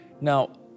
Now